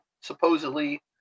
supposedly